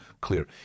clear